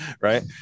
right